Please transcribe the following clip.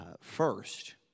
first